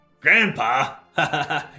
Grandpa